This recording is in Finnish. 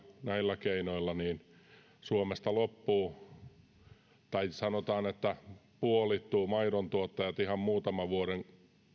näillä keinoilla suomesta loppuvat tai sanotaan että puolittuu maidontuottajat ihan muutaman vuoden